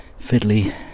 fiddly